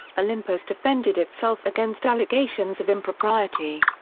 olympus defended itself against allegations of impropriety.